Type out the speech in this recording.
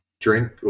drink